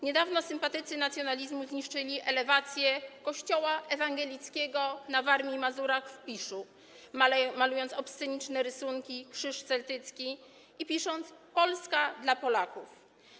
Niedawno sympatycy nacjonalizmu zniszczyli elewację kościoła ewangelickiego na Warmii i Mazurach w Piszu, malując obsceniczne rysunki, krzyż celtycki i pisząc: Polska dla Polaków.